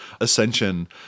Ascension